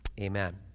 Amen